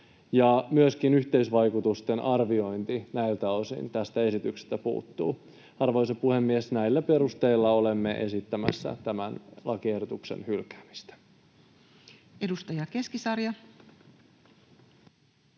Myöskin yhteisvaikutusten arviointi näiltä osin tästä esityksestä puuttuu. Arvoisa puhemies! Näillä perusteilla olemme esittämässä tämän lakiehdotuksen hylkäämistä. [Speech